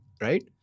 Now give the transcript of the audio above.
Right